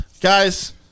guys